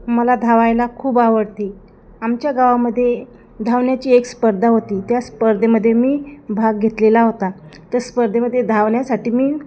मला धावायला खूप आवडते आमच्या गावामध्ये धावण्याची एक सपर्धा होती त्या स्पर्धेमध्ये मी भाग घेतलेला होता त्या स्पर्धेमध्ये धावण्यासाठी मी